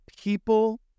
people